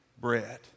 bread